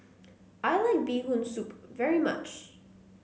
I like Bee Hoon Soup very much